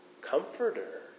comforter